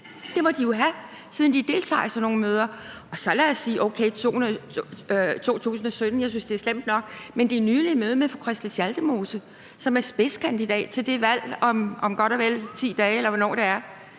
Det må de jo have, siden de deltager i sådan nogle møder. Så lad os sige: Okay, det var i 2017 – jeg synes, det er slemt nok – men det nylige møde med fru Christel Schaldemose, som er spidskandidat til det valg om godt og vel 10 dage, eller hvornår der er,